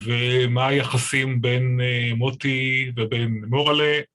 ומה היחסים בין מוטי ובין מוראלה.